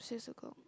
six o clock